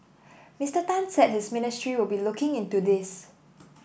Mister Tan said his ministry will be looking into this